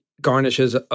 garnishes